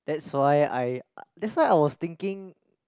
that's why I that's why I was thinking